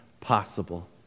possible